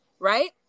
Right